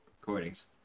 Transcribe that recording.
recordings